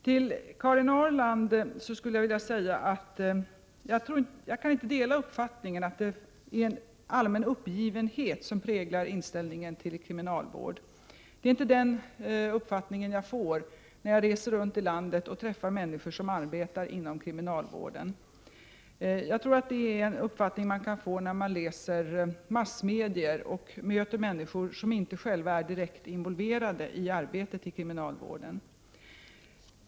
Till Karin Ahrland vill jag säga att jag inte kan dela åsikten att en allmän uppgivenhet präglar inställningen till kriminalvården. Det är inte den uppfattningen jag får när jag reser runt i landet och träffar människor som arbetar inom kriminalvården. Jag tror att det är en uppfattning som man kan få när man följer massmedierna och följer människor som inte själva är direkt involverade i arbetet inom kriminalvården.